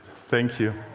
thank you.